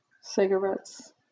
cigarettes